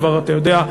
כבר אתה יודע,